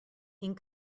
ink